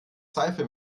seife